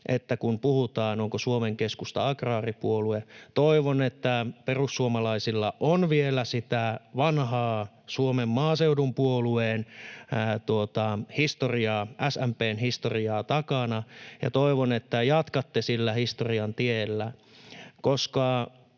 että kun puhutaan, onko Suomen Keskusta agraaripuolue, niin toivon, että perussuomalaisilla on vielä sitä vanhaa Suomen Maaseudun Puolueen historiaa, SMP:n historiaa takana, ja toivon, että jatkatte sillä historian tiellä, koska